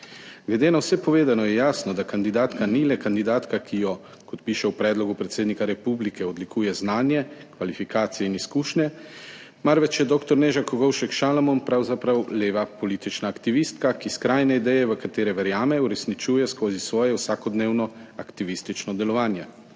Glede na vse povedano je jasno, da kandidatka ni le kandidatka, ki jo, kot piše v predlogu predsednika republike, odlikujejo znanje, kvalifikacije in izkušnje, marveč je dr. Neža Kogovšek Šalamon pravzaprav leva politična aktivistka, ki skrajne ideje, v katere verjame, uresničuje skozi svoje vsakodnevno aktivistično delovanje.